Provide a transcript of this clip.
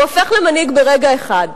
הוא הופך למנהיג ברגע אחד,